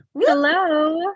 Hello